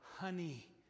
Honey